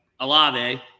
Alave